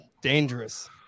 dangerous